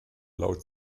laut